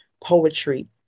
poetry